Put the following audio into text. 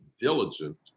diligent